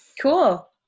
Cool